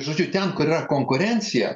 žodžiu ten kur yra konkurencija